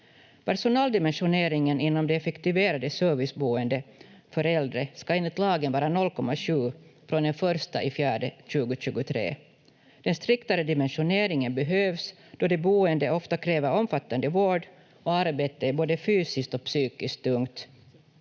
Personaldimensioneringen inom det effektiverade serviceboendet för äldre ska enligt lagen vara 0,7 från den 1.4.2023. Den striktare dimensioneringen behövs då de boende ofta kräver omfattande vård och arbetet är både fysiskt och psykiskt tungt,